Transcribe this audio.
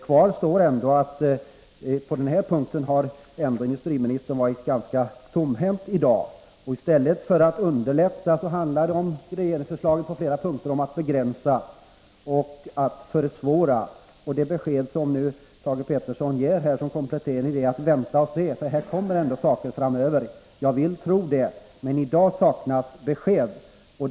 Kvar står ändå att industriministern i dag på den här punkten varit ganska tomhänt. I stället för att underlätta innebär regeringsförslaget på flera punkter att det begränsar och försvårar. Det besked som Thage Peterson nu ger som komplettering är att vi skall vänta och se — här kommer ändå saker framöver. Jag vill tro det, men i dag saknas besked.